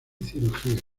cirugía